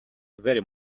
very